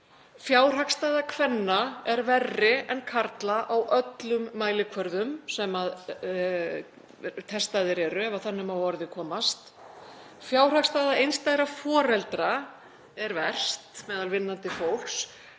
Fjárhagsstaða kvenna er verri en karla á öllum mælikvörðum sem prófaðir eru. Fjárhagsstaða einstæðra foreldra er verst meðal vinnandi fólks.